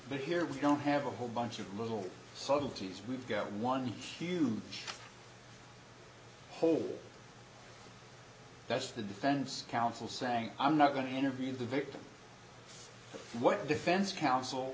but here we don't have a whole bunch of little subtleties we've got one huge hole that's the defense counsel saying i'm not going to interview the victim but what the defense counsel